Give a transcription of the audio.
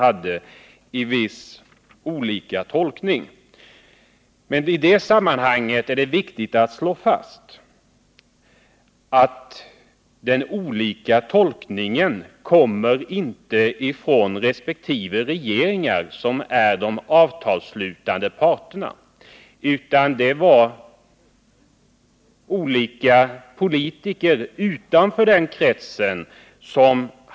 I det här sammanhanget är det emellertid viktigt att slå fast att olikheterna i tolkning inte finns hos de båda regeringarna som är avtalsslutande parter, utan olikheterna återfinns hos politiker utanför denna krets.